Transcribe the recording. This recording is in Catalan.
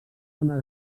una